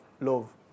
love